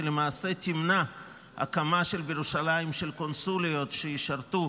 שלמעשה תמנע הקמה של קונסוליות בירושלים שישרתו